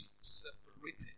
separated